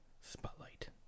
spotlight